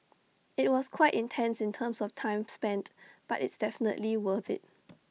IT was quite intense in terms of time spent but it's definitely worth IT